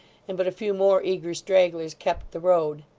and but a few more eager stragglers kept the road.